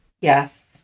Yes